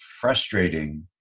frustrating